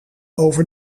over